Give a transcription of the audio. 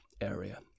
area